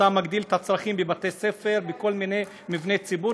אתה מגדיל את הצרכים לבתי-ספר ולכל מיני מבני ציבור.